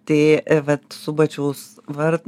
tai vat subačiaus var